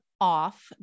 off